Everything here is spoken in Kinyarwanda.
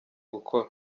gukora